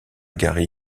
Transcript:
gary